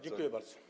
Dziękuję bardzo.